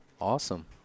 awesome